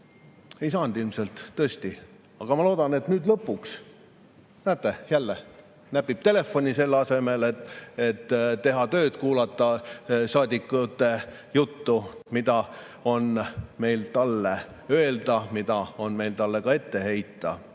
Ei saanud ilmselt tõesti, aga ma loodan, et nüüd lõpuks … Näete, jälle näpib telefoni, selle asemel et teha tööd, kuulata saadikute juttu, mida on meil talle öelda ja mida on meil talle ette heita.